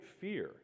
fear